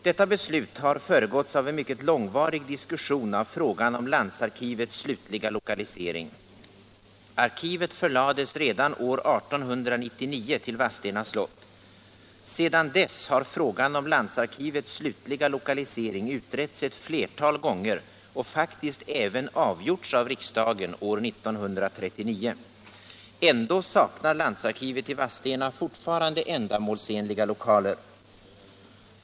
Detta beslut har föregåtts av en mycket långvarig diskussion av frågan om landsarkivets slutliga lokalisering. Arkivet förlades redan år 1899 till Vadstena slott. Sedan dess har frågan om landsarkivets slutliga lokalisering utretts ett flertal gånger och faktiskt även avgjorts av riksdagen år 1939. Ändå saknar landsarkivet i Vadstena fortfarande ändamålsenliga lokaler.